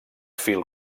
fil